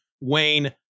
Wayne